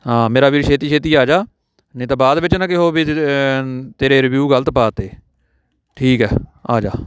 ਹਾਂ ਮੇਰਾ ਵੀਰ ਛੇਤੀ ਛੇਤੀ ਆਜਾ ਨਹੀਂ ਤਾਂ ਬਾਅਦ ਵਿੱਚ ਨਾ ਕਿਹੋ ਵੀ ਤੇਰੇ ਰਿਵਿਊ ਗਲਤ ਪਾ ਤੇ ਠੀਕ ਹੈ ਆਜਾ